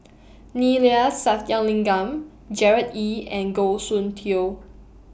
Neila Sathyalingam Gerard Ee and Goh Soon Tioe